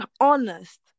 honest